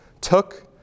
took